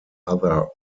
other